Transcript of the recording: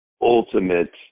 ultimate